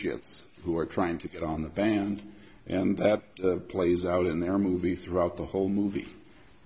shits who are trying to get on the band and that plays out in their movie throughout the whole movie